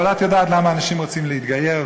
אבל את יודעת למה אנשים רוצים להתגייר.